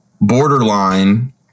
borderline